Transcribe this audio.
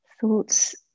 thoughts